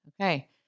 Okay